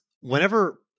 whenever